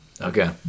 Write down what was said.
Okay